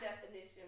definition